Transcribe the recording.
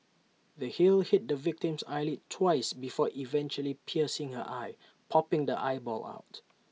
the heel hit the victim's eyelid twice before eventually piercing her eye popping the eyeball out